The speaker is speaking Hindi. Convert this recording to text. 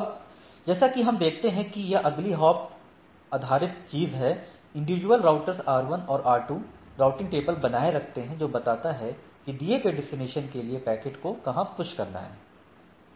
अब जैसा कि आप देखते हैं कि यह अगली हॉप आधारित चीज़ है इंडिविजुअल रूटर्स R1 और R2 राउटिंग टेबल बनाए रखते हैं जो बताता है कि दिए गए डेस्टिनेशन के लिए पैकेट को कहां पूश करना है